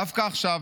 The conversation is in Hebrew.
דווקא עכשיו,